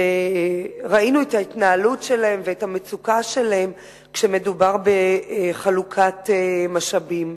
שראינו את ההתנהלות שלהם ואת המצוקה שלהם כשמדובר בחלוקת משאבים.